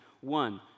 One